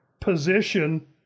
position